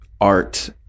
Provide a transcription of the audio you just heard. art